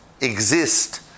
exist